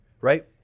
right